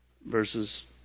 versus